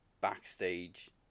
backstage